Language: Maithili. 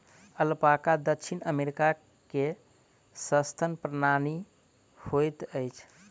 अलपाका दक्षिण अमेरिका के सस्तन प्राणी होइत अछि